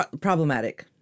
problematic